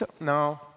no